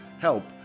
help